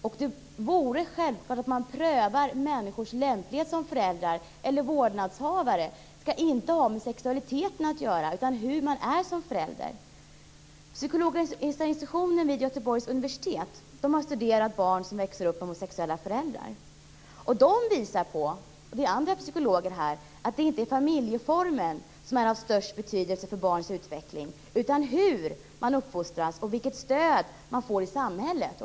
Det borde vara en självklarhet att pröva människors lämplighet som föräldrar eller vårdnadshavare men det skall inte ha med sexualiteten att göra. I stället handlar det om hur man är som förälder. Psykologiska institutionen vid Göteborgs universitet har studerat barn som växer upp med homosexuella föräldrar och visar, liksom andra psykologer gör, att det inte är familjeformen som har största betydelsen för barns utveckling. I stället handlar det just om hur barn uppfostras och vilket stöd man får i samhället.